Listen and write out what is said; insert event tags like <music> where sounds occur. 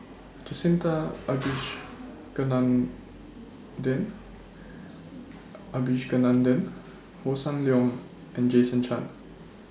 Jacintha <noise> Abisheganaden Abisheganaden Hossan Leong and Jason Chan